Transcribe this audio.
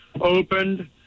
opened